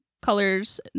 colors